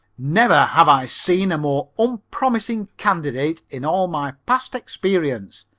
never have i seen a more unpromising candidate in all my past experience,